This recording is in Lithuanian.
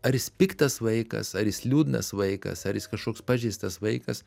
ar jis piktas vaikas ar jis liūdnas vaikas ar jis kažkoks pažeistas vaikas